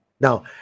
Now